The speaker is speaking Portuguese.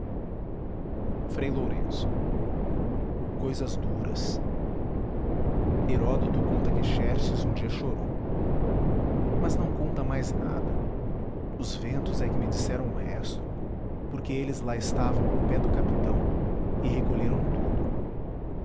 eles frei lourenço cousas duras herôdoto conta que xerxes um dia chorou mas não conta mais nada os ventos é que me disseram o resto porque eles lá estavam ao pé do capitão e recolheram tudo